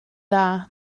dda